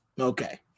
okay